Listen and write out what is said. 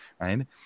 right